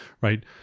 right